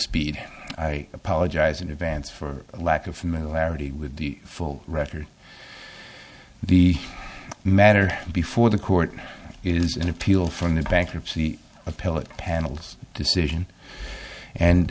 speed i apologize in advance for lack of familiarity with the full record the matter before the court it is an appeal from the bankruptcy appellate panel's decision and